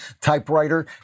typewriter